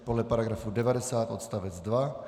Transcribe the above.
Podle § 90, odstavec 2.